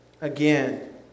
again